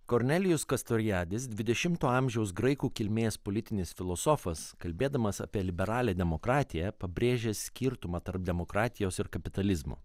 kornelijus kastorijedis dvidešimto amžiaus graikų kilmės politinis filosofas kalbėdamas apie liberalią demokratiją pabrėžia skirtumą tarp demokratijos ir kapitalizmo